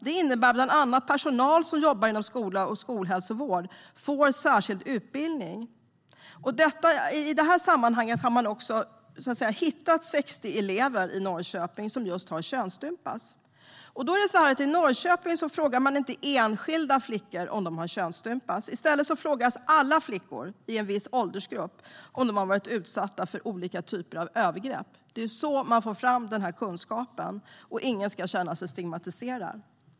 Det innebär bland annat att personal som jobbar inom skola och skolhälsovård får särskild utbildning. I detta sammanhang har man hittat 60 elever i Norrköping som har könsstympats. Man frågar då inte enskilda flickor om de har könsstympats, utan i stället tillfrågas alla flickor i en viss åldersgrupp om de har varit utsatta för olika typer av övergrepp. Det är så man får fram kunskapen. Ingen ska känna sig stigmatiserad.